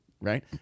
right